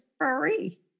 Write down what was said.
free